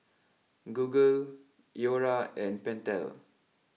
Google Iora and Pentel